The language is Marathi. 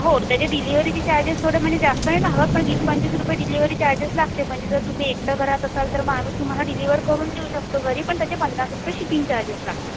हो त्याचे डिलिवरीची चार्जेस थोडे म्हणजे जास्त नाही ला हवं पण वीस पंचवीस रुपये डिलिवरी चार्जेस लागते म्हणजे जर तुम्ही एकटं घरात असाल तर मग आम्ही तुम्हाला डिलिवर करून देऊ शकतो घरी पण त्याचे पन्नास रुपये शिपिंग चार्जेस लागतात